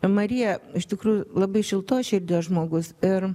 marija iš tikrųjų labai šiltos širdies žmogus ir